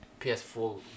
PS4